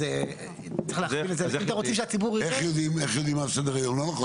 אז איך יודעים על סדר היום?